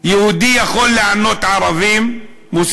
יהודי יכול לענות ערבים-מוסלמים,